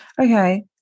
okay